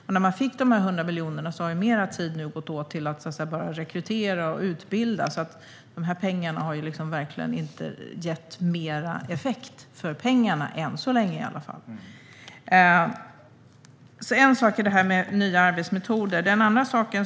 Sedan man fick de 100 miljonerna har mer tid gått åt till att bara rekrytera och utbilda, så det har verkligen inte gett mer effekt för pengarna - i alla fall inte än så länge. Nya arbetsmetoder är en sak.